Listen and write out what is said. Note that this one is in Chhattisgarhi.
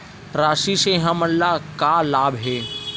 राशि से हमन ला का लाभ हे?